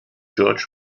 george